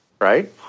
Right